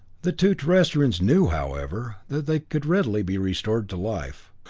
the two terrestrians knew, however, that they could readily be restored to life.